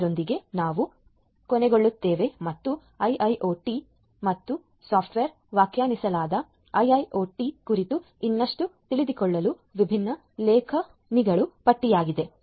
ಆದ್ದರಿಂದ ಇದರೊಂದಿಗೆ ನಾವು ಕೊನೆಗೊಳ್ಳುತ್ತೇವೆ ಮತ್ತು ಇದು IIoT ಮತ್ತು ಸಾಫ್ಟ್ವೇರ್ ವ್ಯಾಖ್ಯಾನಿಸಲಾದ IIoT ಕುರಿತು ಇನ್ನಷ್ಟು ತಿಳಿದುಕೊಳ್ಳಲು ವಿಭಿನ್ನ ಉಲ್ಲೇಖಗಳ ಪಟ್ಟಿಯಾಗಿದೆ